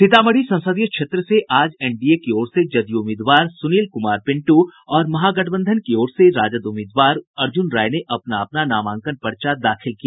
सीतामढ़ी संसदीय क्षेत्र से आज एनडीए की ओर से जदयू उम्मीदवार सुनील कुमार पिंटू और महागठबंधन की ओर से राजद उम्मीदवार अर्जुन राय ने अपना अपना नामांकन पर्चा दाखिल किया